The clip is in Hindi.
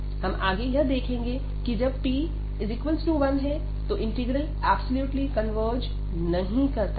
हम आगे यह देखेंगे कि जब p1 इंटीग्रल ऐब्सोल्युटली कन्वर्ज नहीं करता है